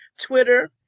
Twitter